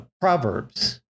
Proverbs